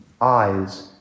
eyes